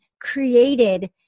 created